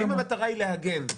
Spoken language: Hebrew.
האם המטרה היא לעגן?